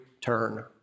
turn